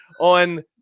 on